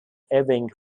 ewing